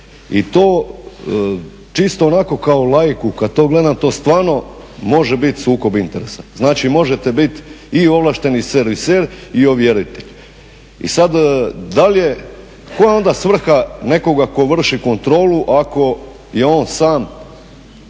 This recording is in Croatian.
I to čisto onako kao laiku kada to gledam, to stvarno može biti sukob interesa. Znači možete biti i ovlašteni serviser i ovjeritelj. I sada da li je, koja je onda svrha nekoga tko vrši kontrolu ako je ona sam